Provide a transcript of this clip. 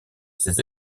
ces